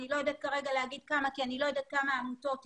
אני לא יודעת כרגע להגיד כמה כי אני לא יודעת כמה עמותות ייגשו.